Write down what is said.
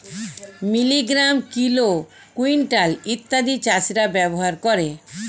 milligram, kilo, quintal ইত্যাদি চাষীরা ব্যবহার করে